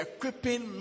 Equipping